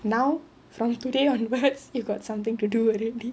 now from today onwards you got something to do already